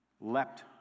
leapt